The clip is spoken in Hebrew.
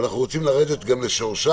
אנחנו רוצים לרדת גם לשורשם.